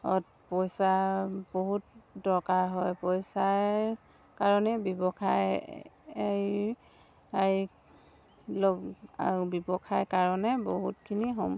পইচা বহুত দৰকাৰ হয় পইচাৰ কাৰণে ব্যৱসায় এই লগ আৰু ব্যৱসায় কাৰণে বহুতখিনি হ'ম